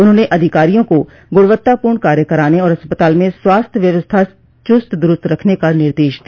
उन्होंने अधिकारियों को गुणवत्तापूर्ण कार्य कराने और अस्पताल में स्वास्थ्य व्यवस्था चुस्त दुरुस्त रखने का निर्देश दिया